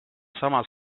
samas